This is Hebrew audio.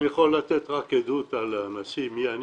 אני יכול לתת רק עדות על הנשיא מי אני